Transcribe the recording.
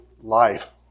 life